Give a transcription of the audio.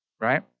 right